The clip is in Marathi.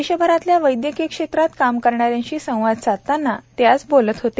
देशभरातल्या वैद्यकीय क्षेत्रात काम करणाऱ्यांशी संवाद साधताना ते बोलत होते